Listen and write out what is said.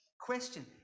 Question